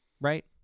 Right